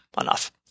enough